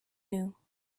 new